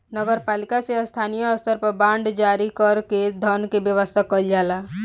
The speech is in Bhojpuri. नगर पालिका से स्थानीय स्तर पर बांड जारी कर के धन के व्यवस्था कईल जाला